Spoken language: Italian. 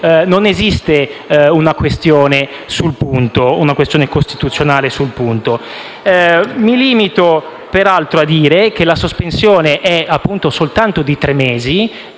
non esiste una questione costituzionale sul punto. Mi limito, peraltro, a dire che la sospensione è soltanto di tre mesi,